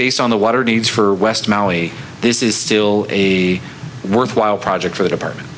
based on the water needs for west mali this is still a worthwhile project for the department